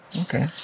Okay